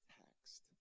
text